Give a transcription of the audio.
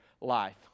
life